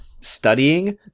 studying